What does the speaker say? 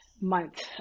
month